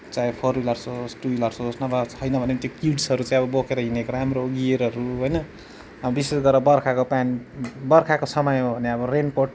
चाहे four wheelers होस् two wheelers होस् नभए छैन भने पनि त्यो किट्सहरू चाहिँ अब बोकेर हिँडेको राम्रो गियरहरू होइन अब विशेष गरेर बर्खाको पानी बर्खाको समयमा हो भने अब रेनकोट